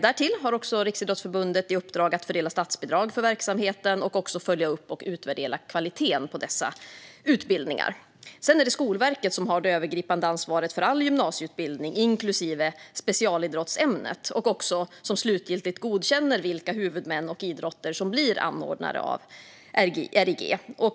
Därtill har Riksidrottsförbundet i uppdrag att fördela statsbidrag för verksamheten och att följa upp och utvärdera kvaliteten på dessa utbildningar. Sedan är det Skolverket som har det övergripande ansvaret för all gymnasieutbildning, inklusive specialidrottsämnet, och som slutgiltigt godkänner vilka huvudmän och idrotter som blir anordnare av RIG.